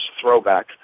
throwback